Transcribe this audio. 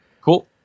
Cool